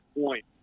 point